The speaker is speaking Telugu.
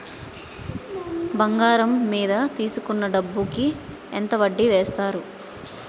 బంగారం మీద తీసుకున్న డబ్బు కి ఎంత వడ్డీ వేస్తారు?